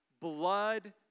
blood